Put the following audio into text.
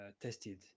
tested